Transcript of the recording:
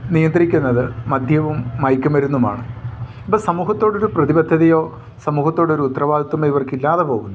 നിയന്ത്രിക്കുന്നത് മദ്യവും മയക്കു മരുന്നുമാണ് ഇപ്പം സമൂഹത്തോടൊരു പ്രതിബന്ധതയോ സമൂഹത്തോടൊരു ഉത്തരവാദിത്വമോ ഇവർക്കില്ലാതെ പോകുന്നു